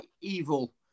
evil